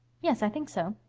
yes, i think so.